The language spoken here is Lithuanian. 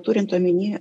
turint omeny